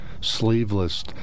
sleeveless